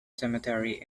cemetery